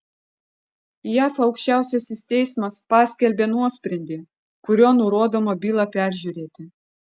jav aukščiausiasis teismas paskelbė nuosprendį kuriuo nurodoma bylą peržiūrėti